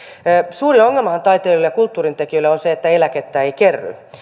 suuri ongelmahan taiteilijan ja kulttuurin tekijöille on se että eläkettä ei kerry